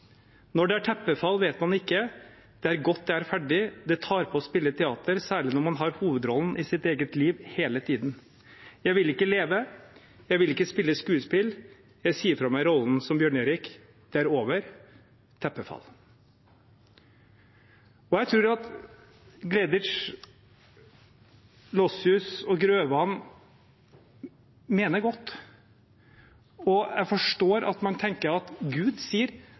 Når det er teppefall vet man ikke. Det er godt det er ferdig. Det tar på å spille teater, særlig når man har hovedrollen i sitt eget liv hele tiden. Jeg vil ikke leve, jeg vil ikke spille skuespill, jeg sier fra meg rollen som Bjørn Erik. Det er over. Teppefall.» Jeg tror at Gleditsch Lossius og Grøvan mener vel, og jeg forstår at man tenker at Gud sier